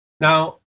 Now